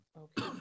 Okay